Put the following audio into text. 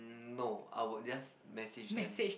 no I will just message them